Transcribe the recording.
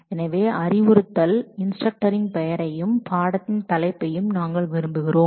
எனவே நமக்கு இன்ஸ்டரக்டரின் பெயர் மற்றும் அவர் கற்றுக் கொடுக்கும் பாடத்தின் தலைப்பையும் நாங்கள் அறிய விரும்புகிறோம்